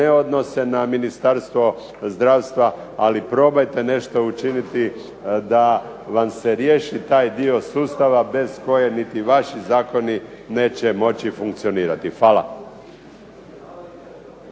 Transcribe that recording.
ne odnose na Ministarstvo zdravstva, ali probajte nešto učiniti da vam se riješi taj dio sustava bez kojeg niti vaši zakoni neće moći funkcionirati. Hvala.